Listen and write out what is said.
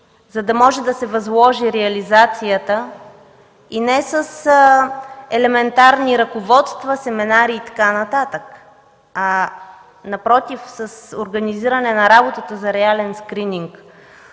за да може да се възложи реализацията, и не с елементарни ръководства, семинари и така нататък – напротив, с организиране на работата за реален скрининг.